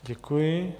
Děkuji.